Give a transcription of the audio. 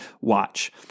watch